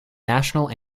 national